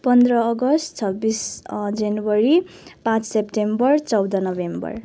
पन्ध्र अगस्त छब्बिस जनवरी पाँच सेप्टेम्बर चौध नोभेम्बर